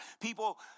people